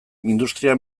industria